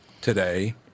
today